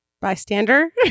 Bystander